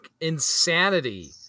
insanity